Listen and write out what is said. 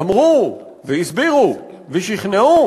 אמרו, והסבירו, ושכנעו